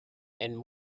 and